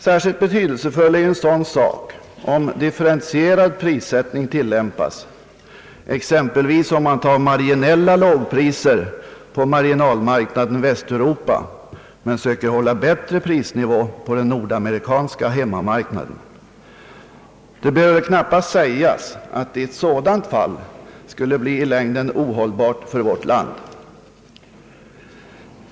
Särskilt betydelsefullt är ju en sådan sak om differentierad prissättning tilllämpas, exempelvis om man tar marginella lågpriser på marginalmarknaden Västeuropa men söker hålla bättre prisnivå på den nordamerikanska hemmamarknaden. Det behöver knappast sägas, att det i ett sådant läge i längden skulle bli ohållbart för vårt land.